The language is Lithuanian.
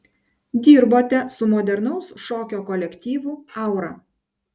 dirbote su modernaus šokio kolektyvu aura